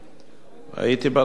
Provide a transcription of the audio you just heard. הייתי בתקופה ההיא,